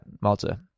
malta